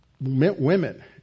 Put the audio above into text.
women